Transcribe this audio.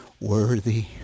worthy